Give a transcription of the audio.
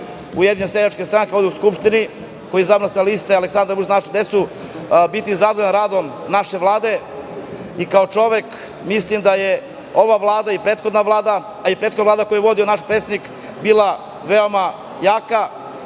Ujedinjene seljačke stranke ovde u Skupštini, koji je izabran sa liste Aleksandar Vučić – Za našu decu, biti zadovoljan radom naše Vlade i kao čovek mislim da je ova Vlada i prethodna Vlada, a i prethodna Vlada koju je vodio naš predsednik bila veoma jaka,